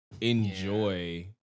enjoy